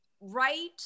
right